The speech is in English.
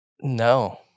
No